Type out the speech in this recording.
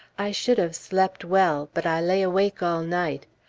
i should have slept well but i lay awake all night.